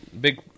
big